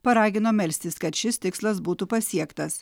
paragino melstis kad šis tikslas būtų pasiektas